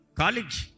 college